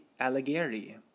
Alighieri